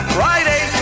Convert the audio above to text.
Friday